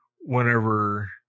whenever